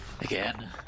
Again